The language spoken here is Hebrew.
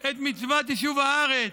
את מצוות יישוב הארץ,